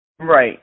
Right